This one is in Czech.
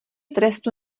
trestu